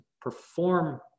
perform